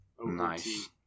Nice